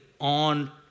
on